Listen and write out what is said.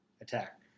attack